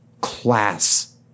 class